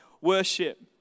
worship